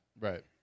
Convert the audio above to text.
Right